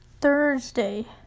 Thursday